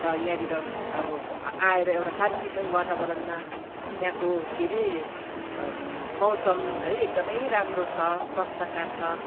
र यहाँनेर अब आ आएर एउटा शान्तिमय वातावरणमा यहाँको के हरे मौसम है एकदमै राम्रो छ स्वस्थकर छ